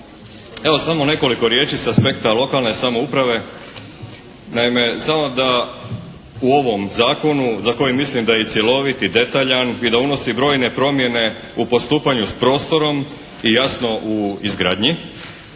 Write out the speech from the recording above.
evo samo nekoliko riječi sa aspekta lokalne samouprave. Naime, samo da u ovom zakonu za koji mislim da je cjelovit i detaljan i da unosi brojne promjene u postupanju s prostorom, i jasno u izgradnji,